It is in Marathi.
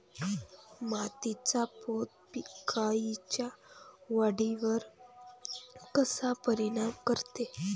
मातीचा पोत पिकाईच्या वाढीवर कसा परिनाम करते?